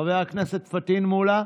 חבר הכנסת פטין מולה,